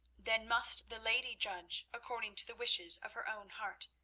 then must the lady judge according to the wishes of her own heart,